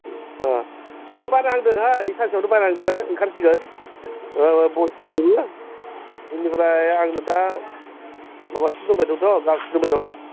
ओह दे बानायहांदों होह बे सानसेयावनो बानायहांदों होह ओंखारसिगोन औ बयसनिखौबो बेनिफ्राय आंनो दा माबासिम दोन्नाय दंथ' गार्लसनिखौ दोनबाय दं